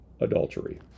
adultery